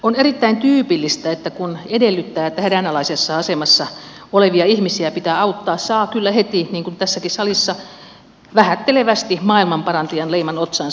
on erittäin tyypillistä että kun edellyttää että hädänalaisessa asemassa olevia ihmisiä pitää auttaa saa kyllä heti niin kuin tässäkin salissa vähättelevästi maailmanparantajan leiman otsaansa